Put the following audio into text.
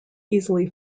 easily